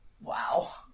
wow